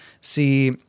see